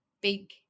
big